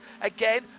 Again